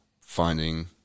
finding